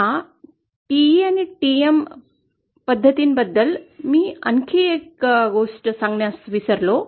या TE आणि TM पद्धतींबद्दल मी आणखी एक गोष्ट सांगण्यास विसरलो